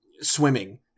swimming